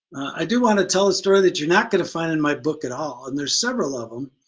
i do want to tell a story that you're not gonna find in my book at all, and there's several of them.